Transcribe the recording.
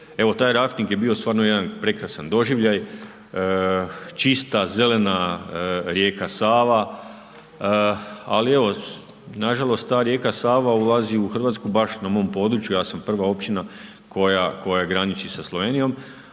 Evo, taj rafting je bio stvarno jedan prekrasan doživljaj, čista, zelena rijeka Sava, ali evo, nažalost, ta rijeka Sava ulazi u Hrvatsku baš na mom području. Ja sam prva općina koja graniči sa Slovenijom,